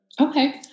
Okay